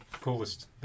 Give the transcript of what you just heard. Coolest